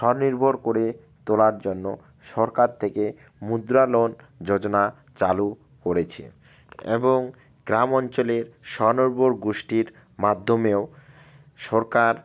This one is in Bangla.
স্বনির্ভর করে তোলার জন্য সরকার থেকে মুদ্রা লোন যোজনা চালু করেছে এবং গ্রাম অঞ্চলের স্বনির্ভর গোষ্ঠীর মাধ্যমেও সরকার